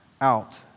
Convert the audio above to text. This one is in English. out